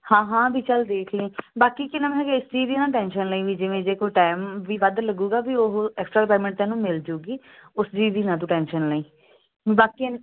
ਹਾਂ ਹਾਂ ਵੀ ਗੱਲ ਦੇਖ ਲੇ ਬਾਕੀ ਕੀ ਨਾਮ ਹੈ ਇਸ ਚੀਜ਼ ਦੀ ਨਾ ਟੈਂਸ਼ਨ ਲਈ ਵੀ ਜਿਵੇਂ ਜੇ ਕੋਈ ਟਾਈਮ ਵੀ ਵੱਧ ਲੱਗੂਗਾ ਵੀ ਉਹ ਐਕਸਟਰਾ ਪੈਮਟ ਨੂੰ ਮਿਲ ਜਾਊਗੀ ਉਸਦੀ ਵੀ ਨਾ ਤੂੰ ਟੈਂਸ਼ਨ ਲਈ ਬਾਕੀ